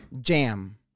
jam